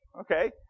Okay